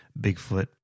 bigfoot